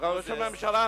ראש הממשלה,